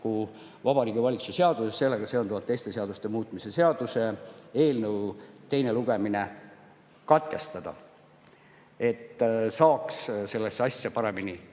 Vabariigi Valitsuse seaduse ja sellega seonduvalt teiste seaduste muutmise seaduse eelnõu teine lugemine katkestada, et saaks sellesse asja paremini